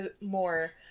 more